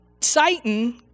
Satan